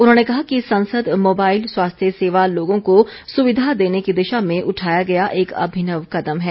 उन्होंने कहा कि सांसद मोबाइल स्वास्थ्य सेवा लोगों को सुविधा देने की दिशा में उठाया गया एक अभिनव कदम है